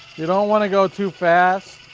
you don't want to go too fast,